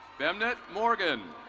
bernett morgan.